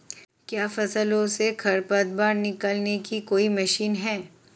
क्या फसलों से खरपतवार निकालने की कोई मशीन है?